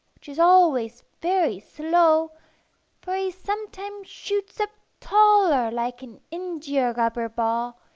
which is always very slow for he sometimes shoots up taller like an india-rubber ball,